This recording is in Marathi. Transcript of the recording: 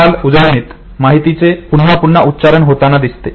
देखभाल उजळणीत माहितीचे पुन्हा पुन्हा उच्चारण होताना दिसते